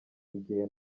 igihe